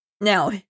Now